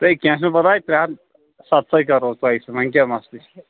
ہَے کیٚنٛہہ چھُنہٕ پرواے ترٛےٚ ہتھ ستتھَے کرہوس تۅہہِ وۄنۍ کیٛاہ مسلہٕ چھُ